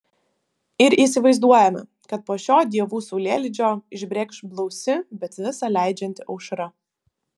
ir įsivaizduojame kad po šio dievų saulėlydžio išbrėkš blausi bet visa leidžianti aušra